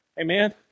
Amen